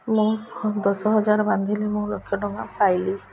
ମୁଁ ଦଶ ହଜାର ବାନ୍ଧିଲି ମୁଁ ଲକ୍ଷେ ଟଙ୍କା ପାଇଲି